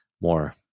more